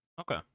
Okay